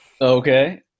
Okay